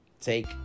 Take